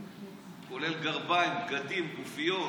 כולל גרביים, בגדים, גופיות,